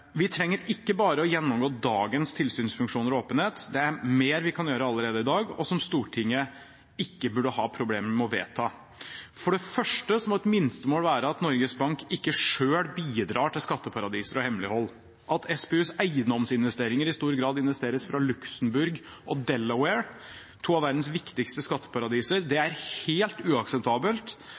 Vi trenger ikke bare å gjennomgå dagens tilsynsfunksjoner og åpenhet, det er mer vi kan gjøre allerede i dag, og som Stortinget ikke burde ha problemer med å vedta. For det første må et minstemål være at Norges Bank ikke selv bidrar til skatteparadiser og hemmelighold. At SPUs eiendomsinvesteringer i stor grad skjer fra Luxembourg og Delaware, to av verdens viktigste skatteparadiser, er helt uakseptabelt,